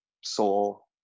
soul